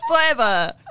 forever